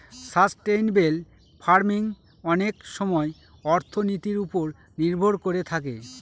sustainable farming অনেক সময় অর্থনীতির ওপর নির্ভর করে থাকে